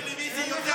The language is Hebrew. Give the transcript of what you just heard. בטלוויזיה יותר טוב.